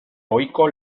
ohiko